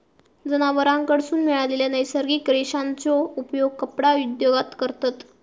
जनावरांकडसून मिळालेल्या नैसर्गिक रेशांचो उपयोग कपडा उद्योगात करतत